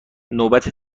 نوبت